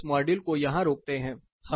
अब हम इस मॉड्यूल को यहां रोकते हैं